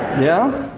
yeah?